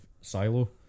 silo